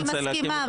אני מסכימה.